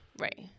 Right